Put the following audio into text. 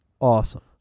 awesome